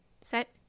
set